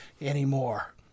anymore